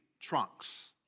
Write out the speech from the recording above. trunks